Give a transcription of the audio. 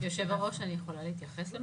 יושב-הראש, אני יכולה להתייחס?